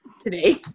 today